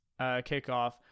kickoff